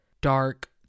dark